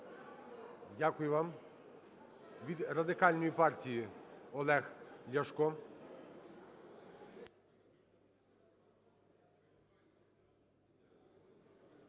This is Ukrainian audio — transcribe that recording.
Дякую вам. Від Радикальної партії Олег Ляшко.